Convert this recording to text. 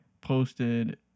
posted